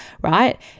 right